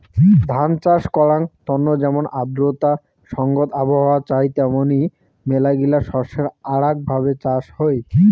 ধান চাষ করাঙ তন্ন যেমন আর্দ্রতা সংগত আবহাওয়া চাই তেমনি মেলাগিলা শস্যের আরাক ভাবে চাষ হই